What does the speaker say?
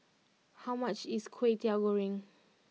how much is Kwetiau Goreng